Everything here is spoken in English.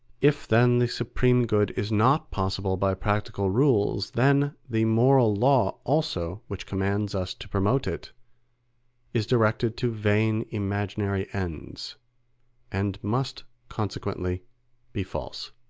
if then the supreme good is not possible by practical rules, then the moral law also which commands us to promote it is directed to vain imaginary ends and must consequently be false.